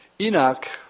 Enoch